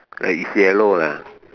uh it's yellow lah